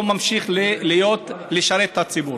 או לא ממשיך לשרת את הציבור.